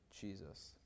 Jesus